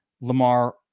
Lamar